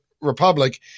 republic